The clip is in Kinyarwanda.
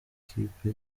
kipe